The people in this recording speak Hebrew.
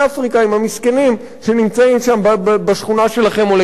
עם המסכנים שנמצאים שם בשכונה שלכם או לידכם.